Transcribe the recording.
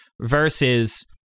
versus